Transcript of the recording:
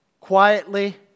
quietly